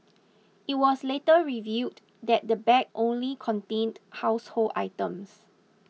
it was later revealed that the bag only contained household items